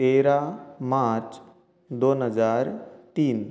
तेरा मार्च दोन हजार तीन